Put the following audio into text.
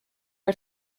are